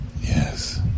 Yes